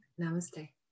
Namaste